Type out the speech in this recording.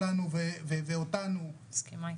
סעיף ותיראי --- שיש אדם עם מדים זה מרתיע.